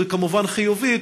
שזה כמובן חיובי,